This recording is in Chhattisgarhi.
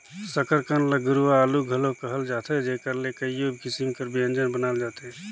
सकरकंद ल गुरूवां आलू घलो कहल जाथे जेकर ले कइयो किसिम कर ब्यंजन बनाल जाथे